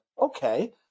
okay